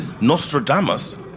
Nostradamus